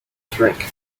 drink